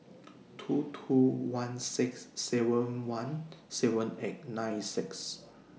two two one six seven one seven eight nine six